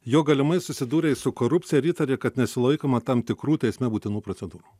jog galimai susidūrei su korupcija ir įtari kad nesilaikoma tam tikrų teisme būtinų procedūrų